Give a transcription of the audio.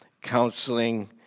counseling